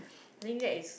I think that is